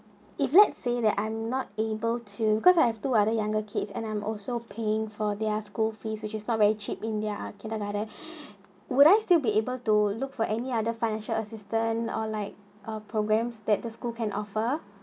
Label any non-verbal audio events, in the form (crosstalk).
if let's say that I'm not able to because I have to other younger kids and I'm also paying for their school fees which is not very cheap in their kindergarten (breath) would I still be able to look for any other financial assistant or like uh programs that the school can offer